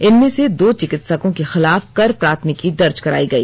इनमें से दो चिकित्सकों के खिलाफ कर प्राथमिकी दर्ज कराई गई